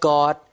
God